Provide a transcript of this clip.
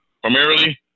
Primarily